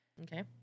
Okay